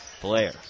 Blair